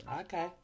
Okay